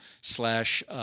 slash –